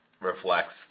reflects